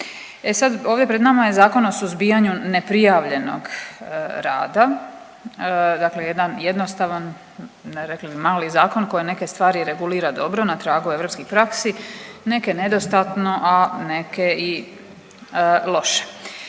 E sad, ovdje pred nama je Zakon o suzbijanju neprijavljenog rada, dakle jedan jednostavan rekli bi mali zakon koji neke stvari regulira dobro na tragu europskih praksi neke nedostatno, a neke i loše.